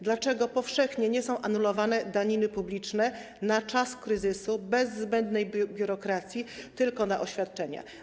Dlaczego powszechnie nie są anulowane daniny publiczne na czas kryzysu bez zbędnej biurokracji, tylko na oświadczenia.